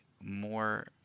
more